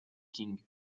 qing